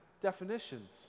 definitions